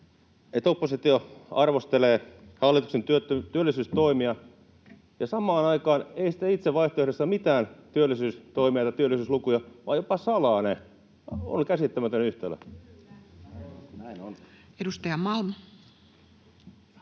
oppositio arvostelee hallituksen työllisyystoimia ja samaan aikaan ei itse esitä vaihtoehdoissa mitään työllisyystoimia tai työllisyyslukuja vaan jopa salaa ne. Se on käsittämätön yhtälö. Edustaja Malm.